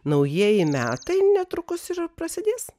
naujieji metai netrukus ir prasidės